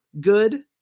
good